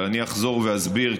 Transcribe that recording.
אני אחזור ואסביר,